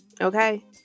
Okay